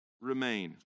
remain